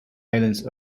islands